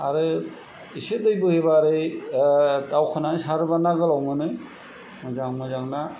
आरो एसे दै बोहैब्ला ओरै दावखोनानै सारोबा नागोलाव मोनो मोजां मोजां ना